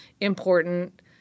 important